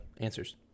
answers